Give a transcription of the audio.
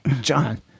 John